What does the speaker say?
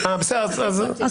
את